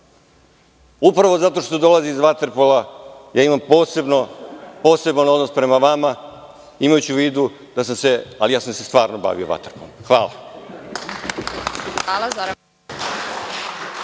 upravo zato što dolazite iz vaterpola imam poseban odnos prema vama, imajući u vidu da sam se, ali ja sam se stvarno bavio vaterpolom. Hvala.